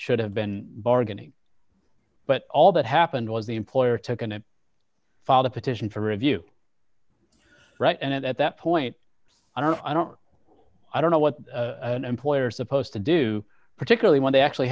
should have been bargaining but all that happened was the employer took on a father petition for review right and at that point i don't i don't i don't know what an employer supposed to do particularly when they actually